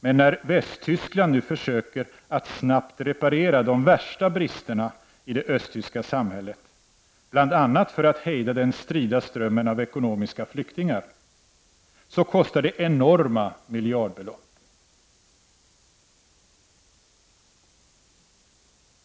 Men när nu Västtyskland försöker att snabbt komma till rätta med de värsta bristerna i det östtyska samhället, bl.a. för att hejda den strida strömmen av ekonomiska flyktingar, kostar det enorma summor i miljardklassen.